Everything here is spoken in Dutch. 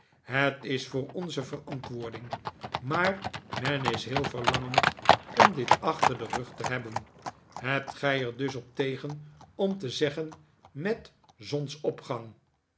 het is voor onze verantwoprding maar men is heel verlangend om dit achter den rug te hebben hebt gij er dus op tegen om te zeggen met zonsopgang